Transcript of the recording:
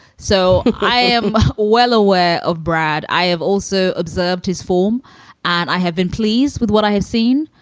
so i am well aware of brad. i have also observed his form and i have been pleased with what i have seen.